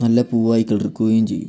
നല്ല പൂവായി തളിർക്കുകയും ചെയ്യും